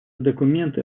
документы